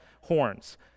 horns